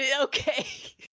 okay